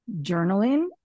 journaling